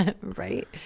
Right